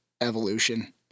evolution